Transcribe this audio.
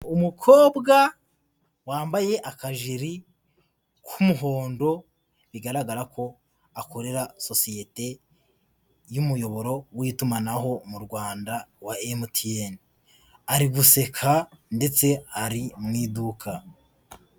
Umukobwa wambaye akajiri k'umuhondo bigaragara ko akorera sosiyete y'umuyoboro w'itumanaho mu Rwanda wa MTN ari guseka ndetse ari mu iduka.